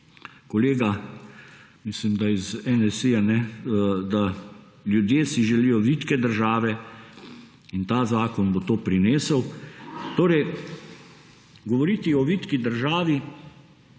kolega, mislim da iz NSi, da si ljudje želijo vitke države in ta zakon bo to prinesel. Govoriti o vitki državi